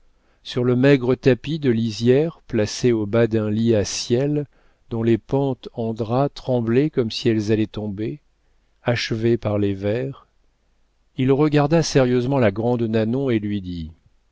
sur le maigre tapis de lisière placé au bas d'un lit à ciel dont les pentes en drap tremblaient comme si elles allaient tomber achevées par les vers il regarda sérieusement la grande nanon et lui dit